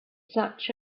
such